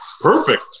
perfect